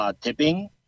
tipping